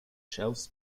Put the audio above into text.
shelves